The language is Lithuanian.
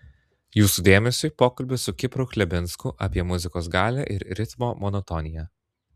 jūsų dėmesiui pokalbis su kipru chlebinsku apie muzikos galią ir ritmo monotoniją